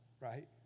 right